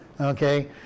Okay